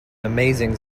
amazing